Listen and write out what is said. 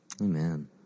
Amen